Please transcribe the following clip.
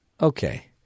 Okay